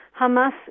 Hamas